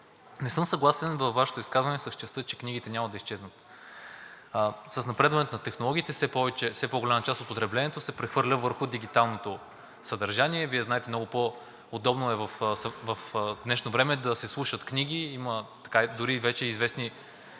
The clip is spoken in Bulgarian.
Не съм съгласен с Вашето изказване в частта, че книгите няма да изчезнат. С напредването на технологиите все по-голяма част от потреблението се прехвърля върху дигиталното съдържание. Вие знаете, много по-удобно е в днешно време да се слушат книги, има дори и вече известни